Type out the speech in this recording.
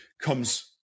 comes